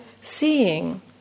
seeing